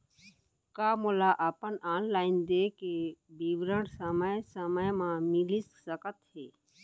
का मोला अपन ऑनलाइन देय के विवरण समय समय म मिलिस सकत हे?